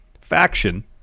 faction